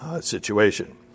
situation